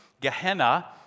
Gehenna